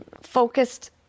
focused